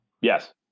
yes